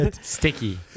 sticky